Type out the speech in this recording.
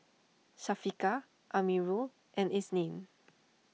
Syafiqah Amirul and Isnin